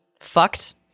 fucked